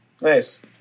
Nice